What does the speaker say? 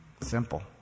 Simple